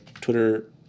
Twitter